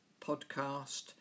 podcast